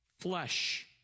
Flesh